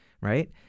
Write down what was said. right